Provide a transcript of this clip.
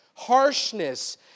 harshness